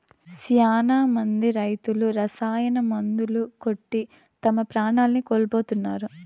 శ్యానా మంది రైతులు రసాయన మందులు కొట్టి తమ ప్రాణాల్ని కోల్పోతున్నారు